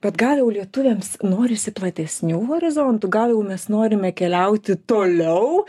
bet gal jau lietuviams norisi platesnių horizontų gal jau mes norime keliauti toliau